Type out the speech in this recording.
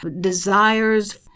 desires